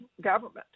government